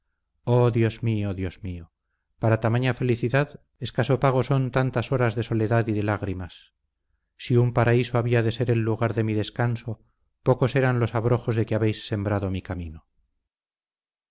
oh dios mío dios mío para tamaña felicidad escaso pago son tantas horas de soledad y de lágrimas si un paraíso había de ser el lugar de mi descanso pocos eran los abrojos de que habéis sembrado mi camino